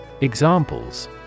Examples